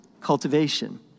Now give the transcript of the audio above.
cultivation